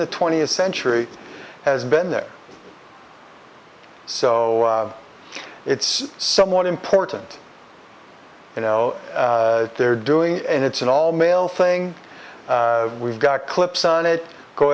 the twentieth century has been there so it's somewhat important you know they're doing and it's an all male thing we've got clips on it go